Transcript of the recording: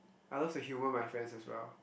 I love to humor my friends as well